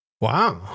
Wow